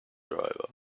driver